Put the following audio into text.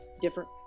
Different